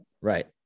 right